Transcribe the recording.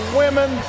women